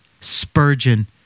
Spurgeon